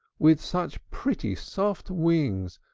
with such pretty soft wings,